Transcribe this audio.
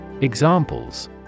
Examples